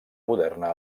moderna